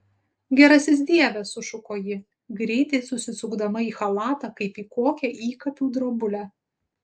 gerasis dieve sušuko ji greitai susisukdama į chalatą kaip į kokią įkapių drobulę